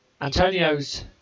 Antonio's